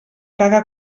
caga